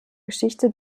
geschichte